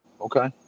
Okay